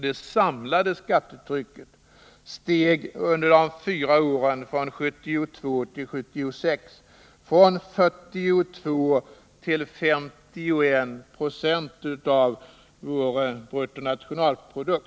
Det samlade skattetrycket steg under de fyra åren från 1972 till 1976 från 42 96 till 51 20 av vår bruttonationalprodukt.